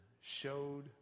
showed